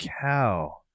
cow